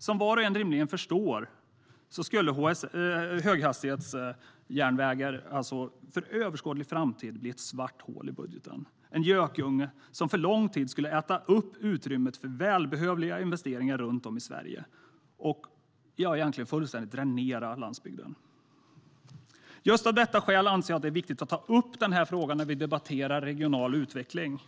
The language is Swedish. Som var och en rimligen förstår skulle höghastighetsjärnvägar alltså för överskådlig framtid bli ett svart hål i budgeten, en gökunge som för lång tid skulle äta upp utrymmet för välbehövliga investeringar runt om i Sverige och egentligen fullständigt dränera landsbygden. Just av detta skäl anser jag det viktigt att ta upp den här frågan när vi debatterar regional utveckling.